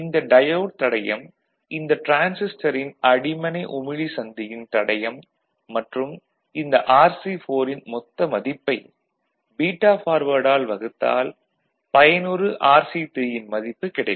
இந்த டயோடு தடையம் இந்த டிரான்சிஸ்டரின் அடிமனை உமிழி சந்தியின் தடையம் மற்றும் இந்த RC4 ன் மொத்த மதிப்பைப் பீட்டா பார்வேர்டால் வகுத்தால் பயனுறு RC3 ன் மதிப்பு கிடைக்கும்